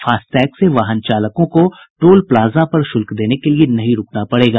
FASTag से वाहन चालकों को टोल प्लाजा पर शुल्क देने के लिए नहीं रूकना पड़ेगा